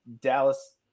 Dallas